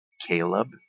Caleb